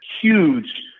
huge